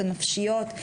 הנפשיות,